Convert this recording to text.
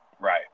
Right